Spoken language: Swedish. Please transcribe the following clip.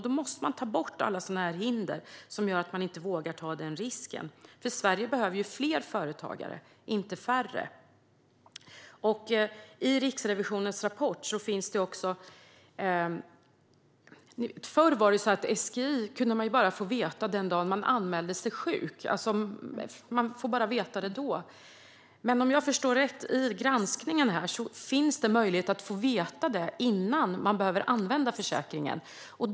Då måste alla hinder, som gör att man inte vågar ta den risken, tas bort. Sverige behöver fler företagare, inte färre. Förr kunde man bara få veta vilken SGI man hade den dagen man anmälde sig sjuk. Men om jag förstår Riksrevisionens granskning rätt finns det möjlighet att få veta det innan man behöver använda försäkringen.